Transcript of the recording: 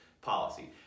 policy